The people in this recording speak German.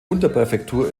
unterpräfektur